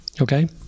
Okay